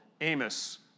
Amos